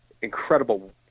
incredible